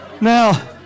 Now